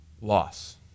loss